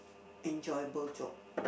enjoy both job